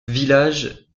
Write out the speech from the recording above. village